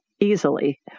easily